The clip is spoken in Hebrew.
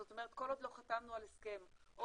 זאת אומרת כל עוד לא חתמנו על הסכם או